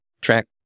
track